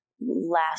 last